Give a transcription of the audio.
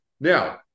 Now